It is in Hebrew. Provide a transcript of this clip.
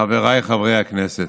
חבריי חברי הכנסת,